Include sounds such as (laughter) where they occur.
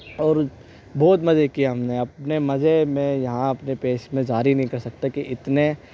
اور بہت مزے کیے ہم نے اپنے مزے میں یہاں اپنے (unintelligible) میں جاری نہیں کر سکتا کہ اتنے